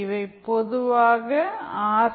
இவை பொதுவாக ஆர்